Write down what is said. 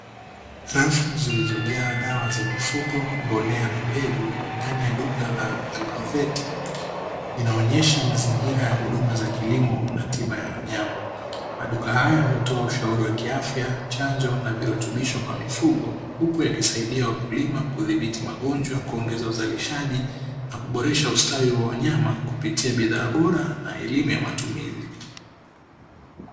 Rafu zilizojaa dawa za mifugo, mbolea na mbegu; ndani ya duka la agroveti, inaonyesha mazingira ya huduma za kilimo na tiba ya wanyama. Maduka haya hutoa ushauri wa kiafya, chanjo na virutubisho kwa mifugo; huku yakisaidia wakulima kudhibiti magonjwa, kuongeza uzalishaji na kuboresha ustawi wa wanyama kupitia bidhaa bora na elimu ya matumizi.